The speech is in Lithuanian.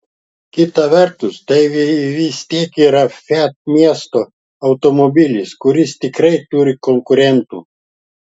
kita vertus tai vis tiek yra fiat miesto automobilis kuris tikrai turi konkurentų